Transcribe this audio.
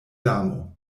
damo